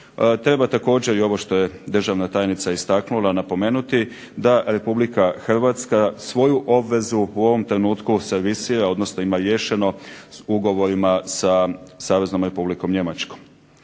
Treba također i ovo što je državna tajnica istaknula napomenuti da Republika Hrvatska svoju obvezu u ovom trenutku servisira, odnosno ima riješeno sa ugovorima sa Saveznom Republikom Njemačkom.